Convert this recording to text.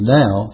now